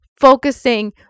focusing